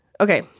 Okay